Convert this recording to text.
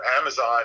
Amazon